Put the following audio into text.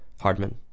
Hardman